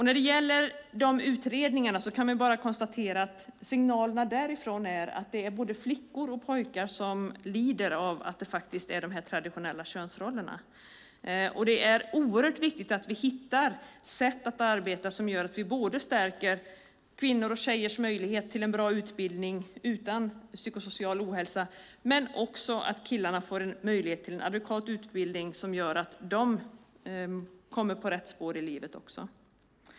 När det gäller de utredningarna kan man bara konstatera att signalerna därifrån är att både flickor och pojkar lider av att det faktiskt är de här traditionella könsrollerna. Det är oerhört viktigt att vi hittar sätt att arbeta som gör att vi stärker kvinnors och tjejers möjlighet till en bra utbildning, utan psykosocial ohälsa, men också att killarna får möjlighet till en adekvat utbildning som gör att de kommer på rätt spår i livet.